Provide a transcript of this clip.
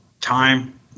time